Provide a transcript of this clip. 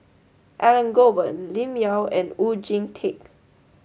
Elangovan Lim Yau and Oon Jin Teik